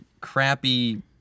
crappy